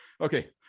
okay